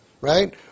right